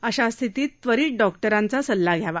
अशा स्थितीत त्वरित डॉक्टरांचा सल्ला घ्यावा